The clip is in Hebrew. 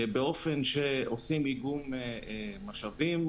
באופן שעושים איגום משאבים,